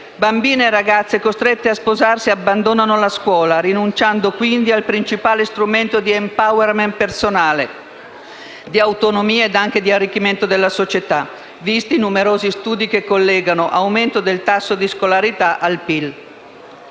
Bambine e ragazze, costrette a sposarsi, abbandonano la scuola rinunciando quindi al principale strumento di *empowerment* personale, di autonomia e anche di arricchimento della società, visti i numerosi studi che collegano l'aumento del tasso di scolarità al PIL.